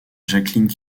jacqueline